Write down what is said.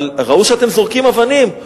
ראו שאתם זורקים אבנים.